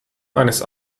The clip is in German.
eines